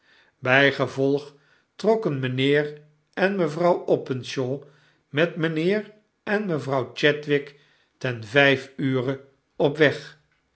bygevolg trokken mijnheer en mevrouw opensnaw met mijnheer en mevrouw chadwick ten vijf ure op weg